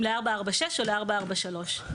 אם ל-446 או ל-443.